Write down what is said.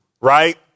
right